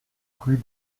rue